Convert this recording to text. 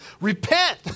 Repent